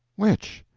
which?